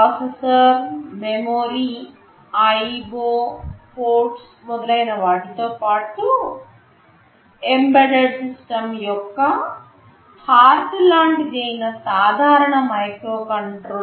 processor memory IO ports మొదలైన వాటితో పాటు ఎంబెడెడ్ సిస్టమ్ యొక్క హార్ట్ లాంటిది అయినా సాధారణ మైక్రోకంట్రోలర్